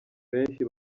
benshi